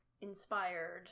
inspired